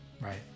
Right